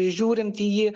žiūrint į jį